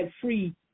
free